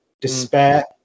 despair